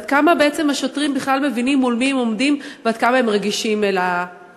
עד כמה השוטרים בכלל מבינים מול מי הם עומדים ועד כמה הם רגישים לאנשים?